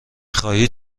خواهید